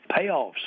payoffs